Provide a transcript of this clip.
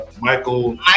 Michael